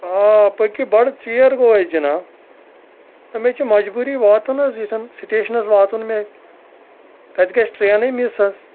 آ پٔکِو بَڑٕ ژیر گوٚو اَسہِ جِناب نہ مےٚ چھےٚ مجبوٗری واتنَس ییٚتھَن سٹیشنَس واتُن مےٚ تَتہِ گژھِ ٹرٛینٕے مِس حظ